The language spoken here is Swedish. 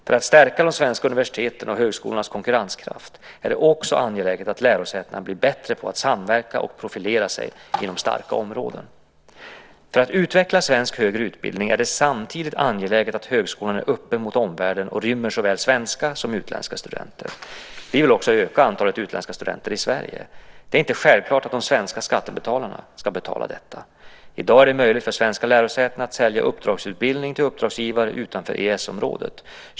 För att stärka de svenska universitetens och högskolornas konkurrenskraft är det också angeläget att lärosätena blir bättre på att samverka och profilera sig inom sina starka områden. För att utveckla svensk högre utbildning är det samtidigt angeläget att högskolan är öppen mot omvärlden och rymmer såväl svenska som utländska studenter. Vi vill också öka antalet utländska studenter i Sverige. Det är inte självklart att de svenska skattebetalarna ska betala detta. I dag är det möjligt för svenska lärosäten att sälja uppdragsutbildning till uppdragsgivare utanför EES-området.